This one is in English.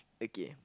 okay